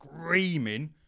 screaming